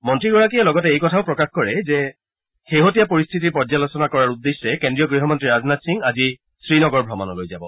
মন্ত্ৰীগৰাকীয়ে লগতে এই কথাও প্ৰকাশ কৰে যে শেহতীয়া পৰিস্থিতিৰ পৰ্যালোচনা কৰাৰ উদ্দেশ্যে কেন্দ্ৰীয় গৃহমন্তী ৰাজনাথ সিং আজি শ্ৰীনগৰ ভ্ৰমণলৈ যাব